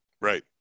Right